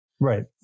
right